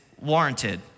warranted